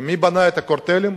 ומי בנה את הקרטלים?